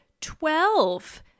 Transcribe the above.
twelve